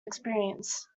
experience